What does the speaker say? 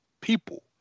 people